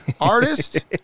artist